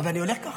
אבל אני הולך כך.